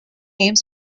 games